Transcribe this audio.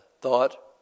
thought